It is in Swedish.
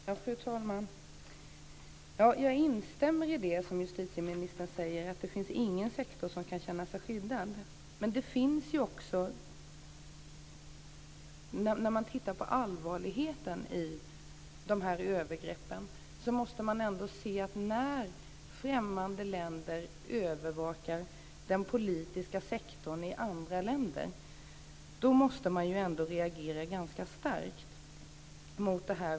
Fru talman! Jag instämmer i det som justitieministern säger, att det inte finns någon sektor som kan känna sig skyddad. Men när man tittar på allvarligheten i dessa övergrepp måste man ändå se att när främmande länder övervakar den politiska sektorn i andra länder måste man reagera ganska starkt mot detta.